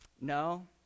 no